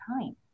time